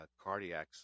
cardiacs